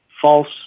false